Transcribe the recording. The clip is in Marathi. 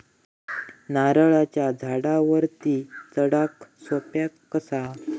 नारळाच्या झाडावरती चडाक सोप्या कसा?